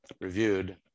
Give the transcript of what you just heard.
reviewed